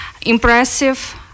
impressive